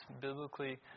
biblically